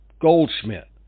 Goldschmidt